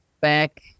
back